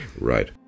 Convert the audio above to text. Right